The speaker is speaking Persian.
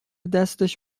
دستش